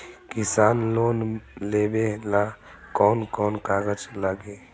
किसान लोन लेबे ला कौन कौन कागज लागि?